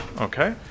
Okay